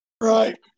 Right